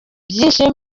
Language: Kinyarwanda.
byinshi